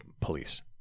police